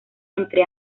entre